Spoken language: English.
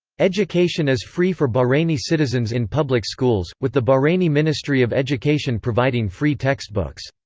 education is free for bahraini citizens in public schools, with the bahraini ministry of education providing free textbooks.